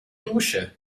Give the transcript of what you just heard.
dusche